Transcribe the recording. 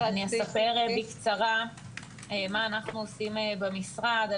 בקצרה אספר מה אנחנו עושים במשרד.